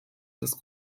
des